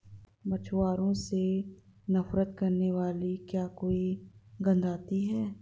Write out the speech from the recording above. मच्छरों से नफरत करने वाली क्या कोई गंध आती है?